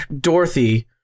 dorothy